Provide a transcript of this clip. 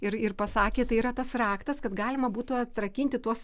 ir ir pasakė tai yra tas raktas kad galima būtų atrakinti tuos